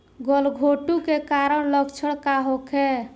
गलघोंटु के कारण लक्षण का होखे?